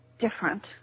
different